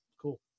cool